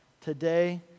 today